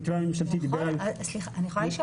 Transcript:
המתווה הממשלתי דיבר על גילאי 50